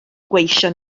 gweision